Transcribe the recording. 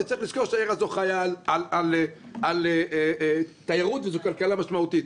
צריך לזכור שהעיר הזו חייה על תיירות וזו כלכלה משמעותית.